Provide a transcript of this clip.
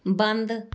ਬੰਦ